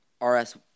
RS